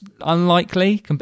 unlikely